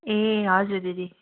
ए हजुर दिदी